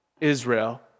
Israel